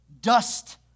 dust